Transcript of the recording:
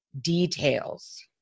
details